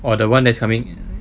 or the one that is coming